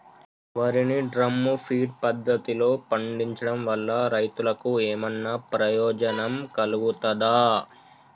వరి ని drum feed పద్ధతిలో పండించడం వల్ల రైతులకు ఏమన్నా ప్రయోజనం కలుగుతదా?